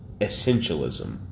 Essentialism